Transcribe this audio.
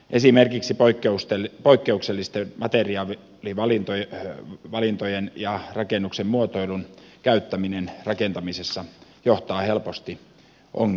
esimerkiksi poikkeuksellisten materiaalivalintojen ja poikkeuksellisen rakennuksen muotoilun käyttäminen rakentamisessa johtaa helposti ongelmiin